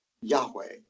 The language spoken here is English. Yahweh